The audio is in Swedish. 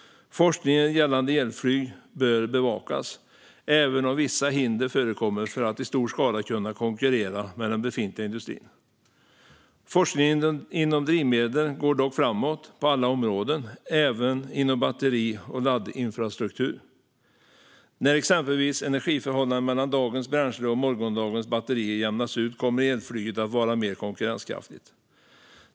Forskningen gällande elflyg bör bevakas, även om vissa hinder förekommer för att i stor skala kunna konkurrera med den befintliga industrin. Forskningen inom drivmedel går dock framåt på alla områden, även inom batterier och laddinfrastruktur. När exempelvis energiförhållandena mellan dagens bränsle och morgondagens batterier jämnas ut kommer elflyget att vara mer konkurrenskraftigt.